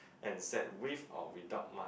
and sad with or without mo~